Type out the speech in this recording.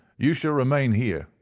you shall remain here,